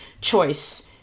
choice